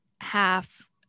half